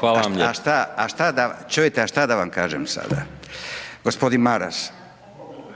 Hvala vam lijepo. **Radin, Furio (Nezavisni)** A šta da vam kažem sada? Gospodin Maras,